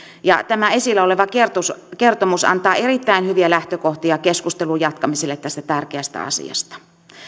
ja tämä esillä oleva kertomus kertomus antaa erittäin hyviä lähtökohtia keskustelun jatkamiselle tästä tärkeästä asiasta